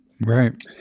Right